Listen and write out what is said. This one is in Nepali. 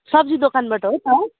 सब्जी दोकानबाट हो त